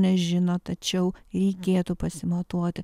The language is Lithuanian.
nežino tačiau reikėtų pasimatuoti